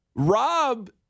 Rob